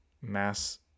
mass